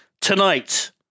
tonight